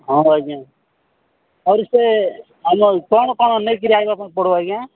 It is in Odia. ହଁ ଆଜ୍ଞା ଆହୁରି ସେ ଆସିଲା ବେଳକୁ କ'ଣ କ'ଣ ନେଇକି ଆସିବାକୁ ପଡ଼ିବ ଆଜ୍ଞା